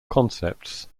concepts